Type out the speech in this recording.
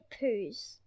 poos